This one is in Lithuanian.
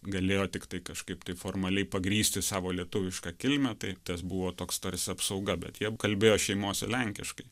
galėjo tiktai kažkaip taip formaliai pagrįsti savo lietuvišką kilmę tai tas buvo toks tarsi apsauga bet jiem kalbėjo šeimose lenkiškai